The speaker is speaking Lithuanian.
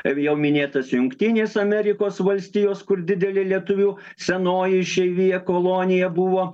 jau minėtos jungtinės amerikos valstijos kur didelė lietuvių senoji išeivija kolonija buvo